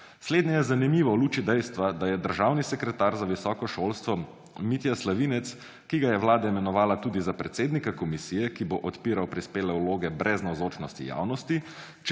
Slednje je zanimivo v luči dejstva, da je državni sekretar za visoko šolstvo Mitja Slavinec, ki ga je Vlada imenovala tudi za predsednika komisije, ki bo odpiral prispele vloge brez navzočnosti javnosti,